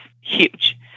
huge